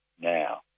now